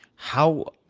how,